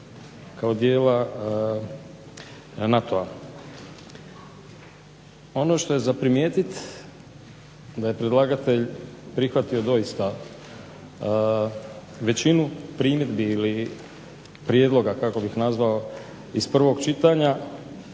kao dijela NATO-a. Ono što je za primijetiti da je predlagatelj prihvatio doista većinu primjedbi i prijedloga iz prvog čitanja